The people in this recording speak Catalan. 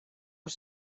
els